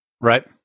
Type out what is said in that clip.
Right